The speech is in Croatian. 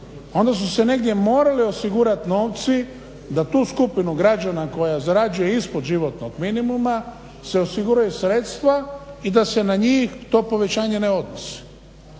onda su se negdje morali osigurati novci da tu skupinu građana koja zarađuje ispod životnog minimuma se osiguraju sredstva i da se na njih to povećanje ne odnosi.